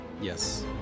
Yes